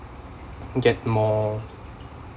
get more